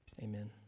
Amen